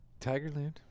Tigerland